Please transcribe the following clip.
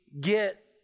get